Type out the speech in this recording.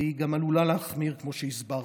והיא גם עלולה להחמיר, כמו שהסברתי.